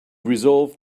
resolved